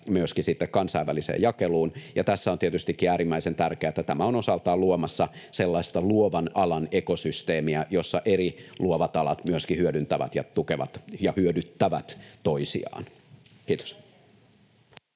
kansainväliseen jakeluun. Tässä on tietystikin äärimmäisen tärkeää, että tämä on osaltaan luomassa sellaista luovan alan ekosysteemiä, jossa eri luovat alat myöskin hyödyntävät ja tukevat ja hyödyttävät toisiaan. — Kiitos.